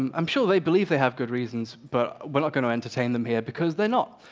i'm sure they believe they have good reasons, but we're not going to entertain them here, because they're not.